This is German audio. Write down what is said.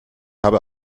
habe